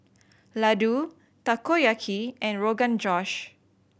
Ladoo Takoyaki and Rogan Josh